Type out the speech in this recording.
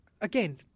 again